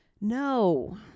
No